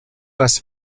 les